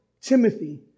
Timothy